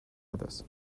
others